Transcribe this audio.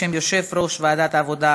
בשם יושב-ראש ועדת העבודה,